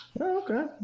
Okay